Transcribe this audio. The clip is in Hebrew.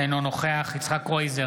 אינו נוכח יצחק קרויזר,